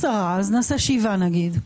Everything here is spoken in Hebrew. אז לא 10. אז נעשה שבעה נגיד.